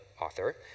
author